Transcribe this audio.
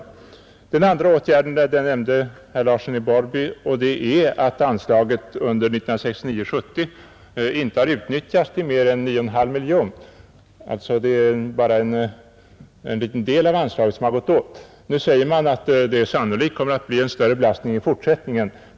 För det andra gäller det den omständigheten — det nämnde herr Larsson i Borrby — att anslaget under 1969/70 inte har utnyttjats till mer än 9,5 miljoner kronor. Det är alltså bara en liten del av anslaget som har gått åt. Nu säger man att det sannolikt kommer att bli en större belastning i fortsättningen.